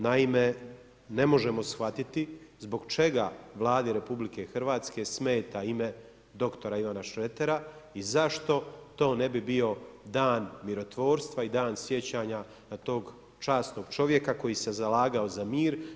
Naime, ne možemo shvatiti zbog čega Vladi Republike Hrvatske smeta ime dr. Ivana Šretera i zašto to ne bio bio Dan mirotvorstva i Dan sjećanja na tog časnog čovjeka koji se zalagao za mir?